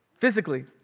Physically